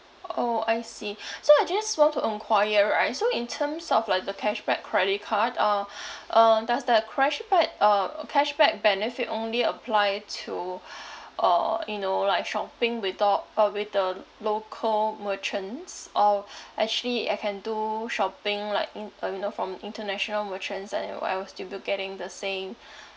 orh I see so I just want to enquire right so in terms of like the cashback credit card uh uh does the crashback uh cashback benefit only apply to uh you know like shopping with all uh with the local merchants or actually I can do shopping like in I mean uh from international merchants and it wi~ I will still be getting the same